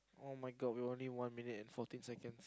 [oh]-my-god we only one minute and fourteen seconds